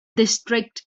district